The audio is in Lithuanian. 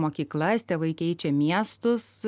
mokyklas tėvai keičia miestus